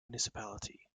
municipality